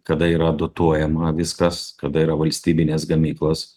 kada yra dotuojama viskas kada yra valstybinės gamyklos